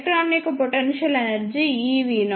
electron యొక్క potential energy eV0